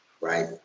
Right